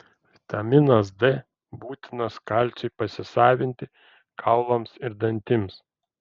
vitaminas d būtinas kalciui pasisavinti kaulams ir dantims